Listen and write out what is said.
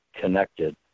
connected